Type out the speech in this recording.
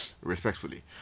respectfully